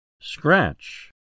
Scratch